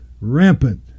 rampant